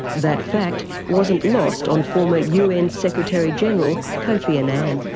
that fact wasn't lost on former un secretary general kofi and and